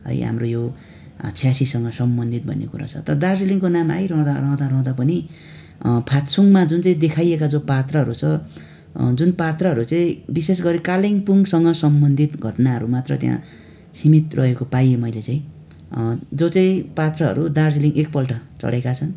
है हाम्रो यो छ्यासीसँग सम्बन्धित भन्ने कुरा छ तर दार्जिलिङको नाम आइरहँदा रहँदा रहँदा पनि फात्सुङमा जुन चाहिँ देखाइएका जो पात्रहरू छ जुन पात्रहरू चाहिँ विशेष गरी कालिम्पोङसँग सम्बन्धित घटनाहरू मात्र त्यहाँ सीमित रहेको पाएँ मैले चाहिँ जो चाहिँ पात्रहरू दार्जिलिङ एकपल्ट चढेका छन्